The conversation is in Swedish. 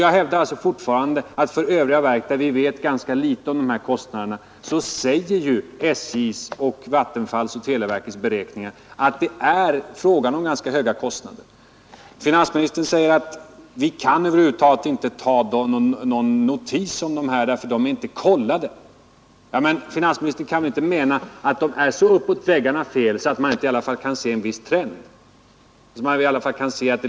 Jag hävdar dock fortfarande att för övriga verk, beträffande vilka vi vet ganska litet om kostnaderna, säger SJ:s och Vattenfalls och televerkets beräkningar att det är fråga om höga kostnader. Finansministern menar att vi över huvud taget inte kan ta någon notis om dessa siffror, eftersom de inte är kontrollerade, men finansministern kan väl inte mena att de skulle vara så uppåt väggarna fel att man inte i alla fall kan se en viss trend?